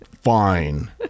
fine